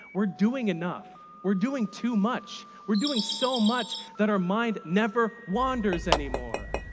we're doing enough we're doing too much. we're doing so much that our mind never wanders anymore.